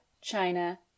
China